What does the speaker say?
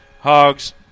hogs